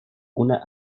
una